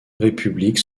républiques